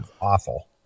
Awful